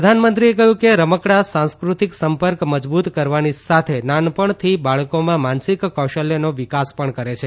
પ્રધાનમંત્રીએ કહ્યું કે રમકડાં સાંસ્ટૃતિક સંપર્ક મજબૂત કરવાની સાથે નાનપણથી બાળકોમાં માનસિક કૌશલ્યનો વિકાસ પણ કરે છે